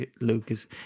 Lucas